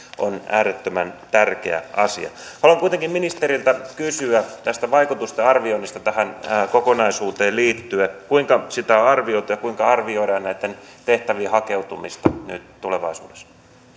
on äärettömän tärkeä asia haluan kuitenkin ministeriltä kysyä tästä vaikutustenarvioinnista tähän kokonaisuuteen liittyen kuinka sitä on arvioitu ja kuinka arvioidaan näihin tehtäviin hakeutumista nyt tulevaisuudessa